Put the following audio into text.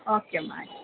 okay ಅಮ್ಮ ಆಯ್ತು